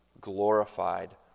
glorified